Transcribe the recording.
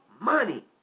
money